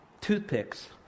toothpicks